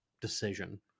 decision